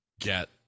get